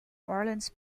orleans